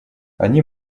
они